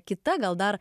kita gal dar